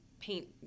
paint